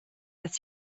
dass